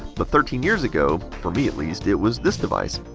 but thirteen years ago, for me at least, it was this device.